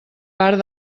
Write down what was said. part